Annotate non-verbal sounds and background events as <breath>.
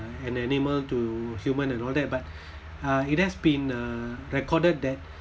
an animal to human and all that but <breath> uh it has been uh recorded that